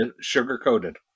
sugar-coated